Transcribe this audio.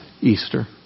Easter